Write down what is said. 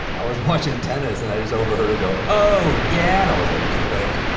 i was watching tennis and i just overheard her go, oh, yeah? and i was like click.